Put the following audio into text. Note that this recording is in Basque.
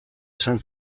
esan